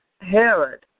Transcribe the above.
Herod